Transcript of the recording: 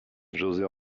josé